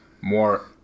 more